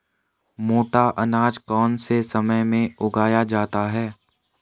मोटा अनाज कौन से समय में उगाया जाता है?